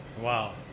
Wow